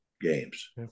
games